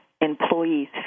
employees